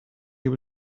able